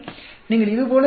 நீங்கள் இது போல பெறுவீர்கள்